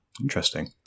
Interesting